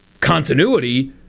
continuity